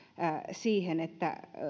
siihen kun